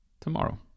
tomorrow